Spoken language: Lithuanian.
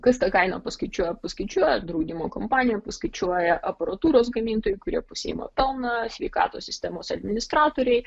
kas tą kainą paskaičiuoja paskaičiuoja draudimo kompanija paskaičiuoja aparatūros gamintojai kurie pasiima pelną sveikatos sistemos administratoriai